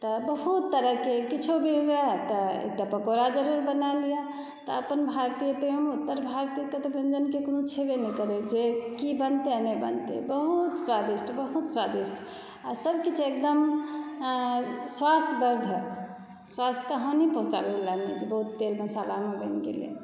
तऽ बहुत तरहके किछु भी हुअए तऽ एकटा पकौड़ा जरूर बना लिअऽ तऽ अपन भारतीय ताहूमे उत्तर भारतीयके तऽ व्यञ्जनके कोनो छेबे नहि करै जे कि बनतै आओर नहि बनतै बहुत स्वादिष्ट बहुत स्वादिष्ट आओर सबकिछु एकदम स्वास्थ्यवर्धक स्वास्थ्यके हानि पहुँचाबैवला नहि छै जे बहुत तेल मसालामे बनि गेलै